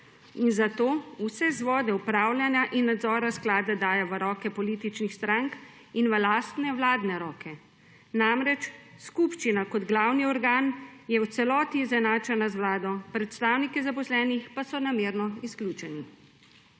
zato, vse vzvode upravljanja in nadzora sklada daje v roke političnih strank in v lastne vladne roke. Namreč, skupščina, kot glavni organ, je v celoti izenačena z Vlado, predstavniki zaposlenih pa so namerno izključeni.